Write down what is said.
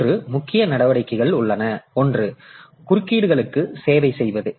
3 முக்கிய நடவடிக்கைகள் உள்ளன ஒன்று குறுக்கீடுகளுக்கு சேவை செய்வது